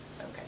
Okay